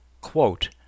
quote